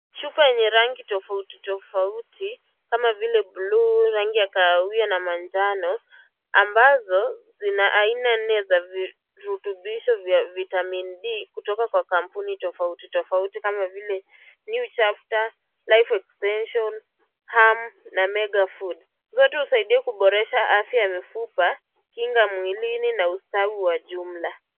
Chupa yenye rangi tofauti tofauti kama vile bluu, rangi ya kahawia na manjano ambazo zina aina nne za virutubishi vya vitamini D kutoka kwa kampuni tofauti tofauti kama vile New chapter, life extension, harm na mega food . Zote husaidia kuboresha afya ya mifupa, kinga mwilini na ustawi wa ujumla.